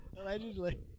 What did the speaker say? Allegedly